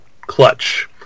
clutch